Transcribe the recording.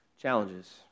challenges